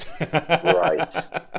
right